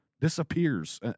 disappears